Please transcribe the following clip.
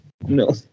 No